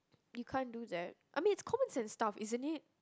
you can't do that I mean it's common sense stuff isn't it